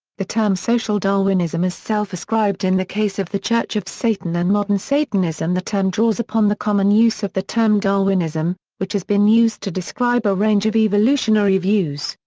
the term social darwinism is self-ascribed in the case of the church of satan and modern satanism the term draws upon the common use of the term darwinism, which has been used to describe a range of evolutionary views,